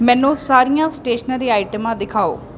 ਮੈਨੂੰ ਸਾਰੀਆਂ ਸਟੇਸ਼ਨਰੀ ਆਈਟਮਾਂ ਦਿਖਾਓ